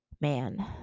Man